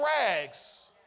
rags